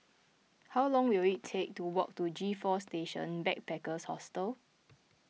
how long will it take to walk to G four Station Backpackers Hostel